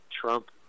Trump